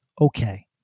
Okay